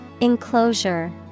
Enclosure